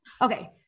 Okay